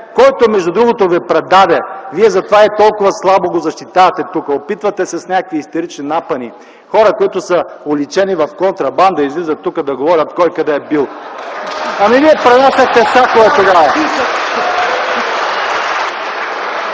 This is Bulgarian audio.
който между другото ви предаде, вие затова и толкова слабо го защитавахте тук. Опитвате се с някакви истерични напъни. Хора, които са уличени в контрабанда, излизат тук да говорят кой къде е бил. (Бурни ръкопляскания